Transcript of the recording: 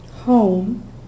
home